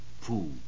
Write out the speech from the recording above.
food